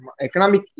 Economic